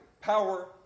power